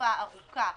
לתקופה ארוכה,